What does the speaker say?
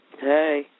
Hey